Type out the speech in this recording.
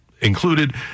included